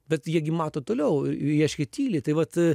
bet jie gi mato toliau reiškia tylia tai vat